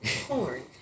Porn